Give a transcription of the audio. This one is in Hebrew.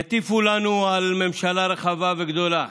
יטיפו לנו על ממשלה רחבה וגדולה,